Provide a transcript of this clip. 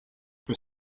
were